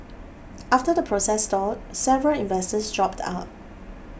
after the process stalled several investors dropped out